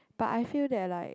but I feel that like